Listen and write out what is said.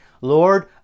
Lord